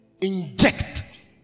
inject